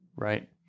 right